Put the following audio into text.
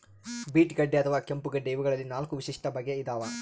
beet ಗಡ್ಡೆ ಅಥವಾ ಕೆಂಪುಗಡ್ಡೆ ಇವಗಳಲ್ಲಿ ನಾಲ್ಕು ವಿಶಿಷ್ಟ ಬಗೆ ಇದಾವ